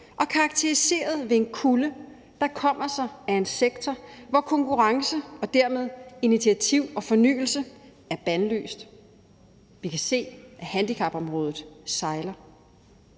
og karakteriseret ved en kulde, der kommer sig af en sektor, hvor konkurrence og dermed initiativ og fornyelse er bandlyst. Vi kan se, at handicapområdet sejler.